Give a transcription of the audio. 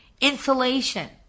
Insulation